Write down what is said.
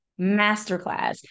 Masterclass